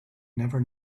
never